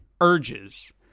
urges